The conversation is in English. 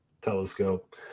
Telescope